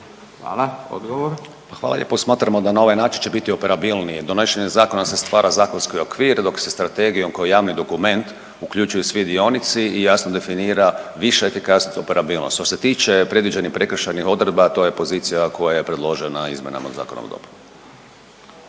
Hrvoje** Hvala lijepo. Smatramo da ovaj način će biti operabilnije i donošenjem zakona se stvara zakonski okvir dok se strategijom koja je javni dokument uključuju svi dionici i jasno definira više efikasnost operabilnost. Što se tiče predviđenih prekršajnih odredba to je pozicija koja je predložena izmjenama Zakona o